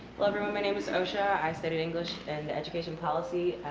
hello everyone, my name is yeah i study english and education policy.